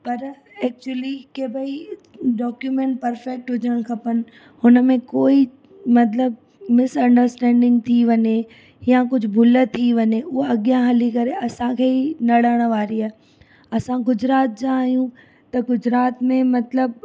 पर एक्चुली की भई डॉक्यूमेंट पर्फेक्ट हुजण खपनि हुन में कोई मतलबु मिसअंडस्टेंडिंग थी वञे या कुझु भुलि थी वञे उहा अॻियां हली करे असांखे ई नणण वारी आहे असां गुजरात जा आहियूं त गुजरात में मतलबु